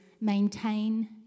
maintain